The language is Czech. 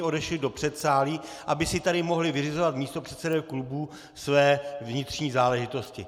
Odešli do předsálí, aby si tady mohli vyřizovat místopředsedové klubů své vnitřní záležitosti.